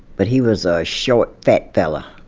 but he was a short, fat fella.